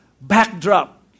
backdrop